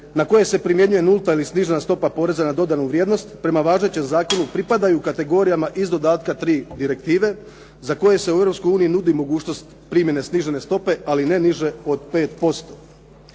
na koje se primjenjuje nulta ili snižena stopa poreza na dodanu vrijednost, prema važećem zakonu pripadaju kategorijama iz dodatka 3 direktive za koje se u Europskoj uniji nudi mogućnost primjene snižene stope, ali ne niže od 5%.